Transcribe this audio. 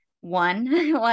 one